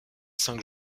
cinq